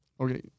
Okay